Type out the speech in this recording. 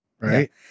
right